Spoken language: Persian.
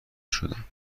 شدم